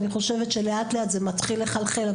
אני חושבת שלאט לאט זה מתחיל לחלחל,